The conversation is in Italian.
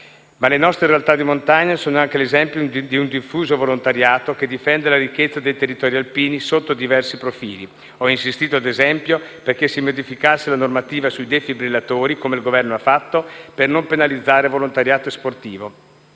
Le nostre realtà di montagna sono anche l'esempio dì un diffuso volontariato che difende la ricchezza dei territori alpini, sotto diversi profili. Ho insistito, ad esempio, perché si modificasse la normativa sui defibrillatori - come il Governo ha fatto - per non penalizzare il volontariato sportivo.